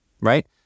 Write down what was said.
right